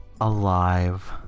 Alive